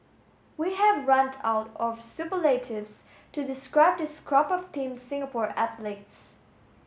we have run out of superlatives to describe this crop of Team Singapore athletes